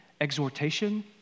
exhortation